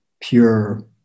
pure